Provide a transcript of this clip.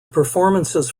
performances